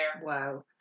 Wow